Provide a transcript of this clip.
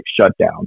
shutdown